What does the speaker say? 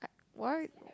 what